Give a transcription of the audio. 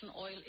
oil